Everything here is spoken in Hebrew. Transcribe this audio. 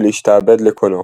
ולהשתעבד לקונו.